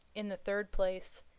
in the third place,